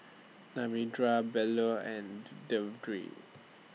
Narendra Bellur and The Vedre